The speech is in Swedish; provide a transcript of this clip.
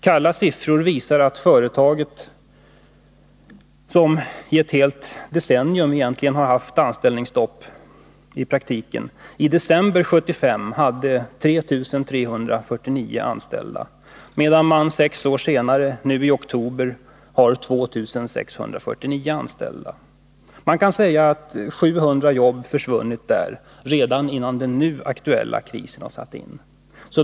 Kalla siffror visar att företaget, som i praktiken i ett helt decennium haft anställningsstopp, i december 1975 hade 3 349 anställda, medan man sex år senare, nu i oktober, har 2 649 anställda. Man kan säga att 700 jobb har försvunnit där, redan innan den nu aktuella krisen har satt in.